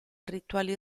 rituali